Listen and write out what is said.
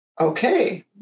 Okay